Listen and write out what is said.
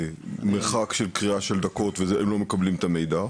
במרחק של קריאה של דקות והם לא מקבלים את המידע,